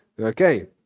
Okay